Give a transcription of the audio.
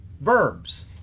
verbs